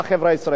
תודה.